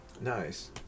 Nice